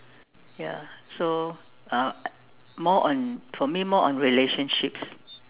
ya so uh more on for me more on relationships